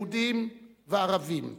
יהודים וערבים,